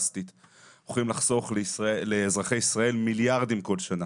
הולכים לחסוך לאזרחי ישראל מיליארדים בכל שנה.